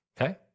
Okay